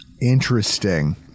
Interesting